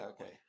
Okay